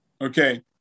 Okay